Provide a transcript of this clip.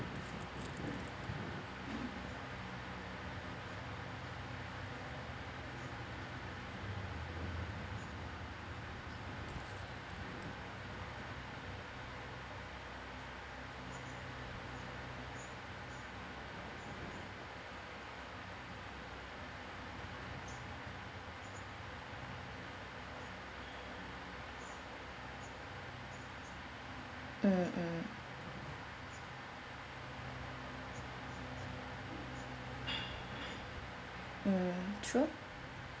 mm mm mm true